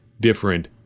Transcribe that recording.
different